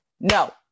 no